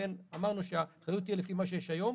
ולכן אמרנו שהאחריות תהיה לפי מה שיש היום.